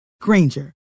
Granger